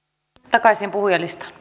takaisin puhujalistaan